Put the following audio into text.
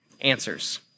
answers